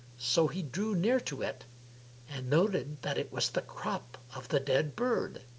so he drew near to it and noted that it was the crop of the dead bird.